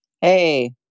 Hey